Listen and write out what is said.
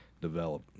develop